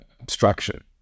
abstraction